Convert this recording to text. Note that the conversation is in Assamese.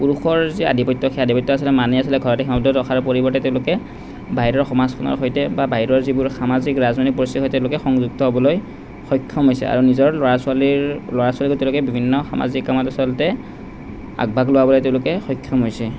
পুৰুষৰ যি আধিপত্য সেই আধিপত্য আছিলে মানি আছিলে ঘৰতে সীমাবদ্ধ থাকাৰ পৰিৱৰ্তে তেওঁলোকে বাহিৰৰ সমাজখনৰ সৈতে বা বাহিৰৰ যিবোৰ সামাজিক ৰাজনৈতিক পৰিস্থিতিৰ সৈতে তেওঁলোকে সংযুক্ত হ'বলৈ সক্ষম হৈছে আৰু নিজৰ ল'ৰা ছোৱালীৰ ল'ৰা ছোৱালীকো তেওঁলোকে বিভিন্ন সামাজিক কামত আচলতে আগ ভাগ লোৱাবলৈ তেওঁলোকে সক্ষম হৈছে